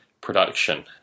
production